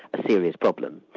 a serious problem.